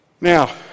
now